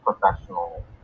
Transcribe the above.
professional